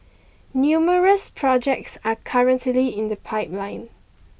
numerous projects are currently in the pipeline